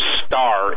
star